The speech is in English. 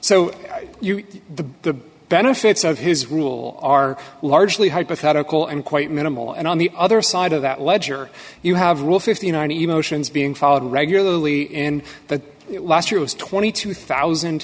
so the benefits of his rule are largely hypothetical and quite minimal and on the other side of that ledger you have rule fifty nine emotions being followed regularly in that last year was twenty two thousand